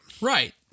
Right